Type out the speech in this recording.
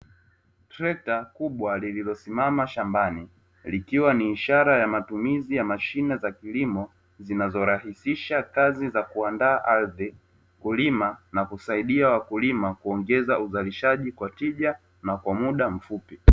Trekta kubwa lililosimama shambani likiwa ni ishara ya matumizi ya mashine za kilimo zinazorahisisha kazi za kuandaa ardhi, kulima na kusaidia wakulima kuongeza uzalishaji kwa tija na kwa muda mfupi.